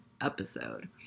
episode